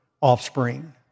offspring